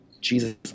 Jesus